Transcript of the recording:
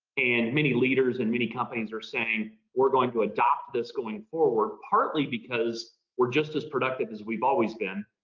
and many leaders and many companies are saying we're going to adopt this going forward partly because we're just as productive as we've always been,